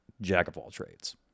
jack-of-all-trades